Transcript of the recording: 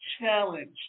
challenge